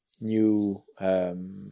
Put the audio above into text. new